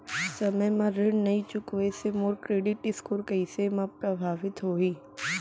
समय म ऋण नई चुकोय से मोर क्रेडिट स्कोर कइसे म प्रभावित होही?